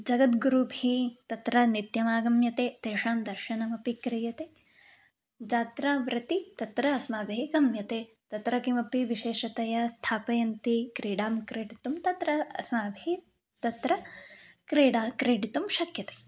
जगद्गुरुभिः तत्र नित्यम् आगम्यते तेषां दर्शनमपि क्रियते जात्रा प्रति तत्र अस्माभिः गम्यते तत्र किमपि विशेषतया स्थापयन्ति क्रीडां क्रीडितुं तत्र अस्माभिः तत्र क्रिडा क्रीडितुं शक्यते